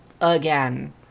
again